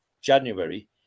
January